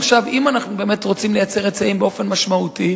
עכשיו אם אנחנו באמת רוצים לייצר היצעים באופן משמעותי,